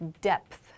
depth